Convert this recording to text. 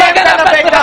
אתם גנבים.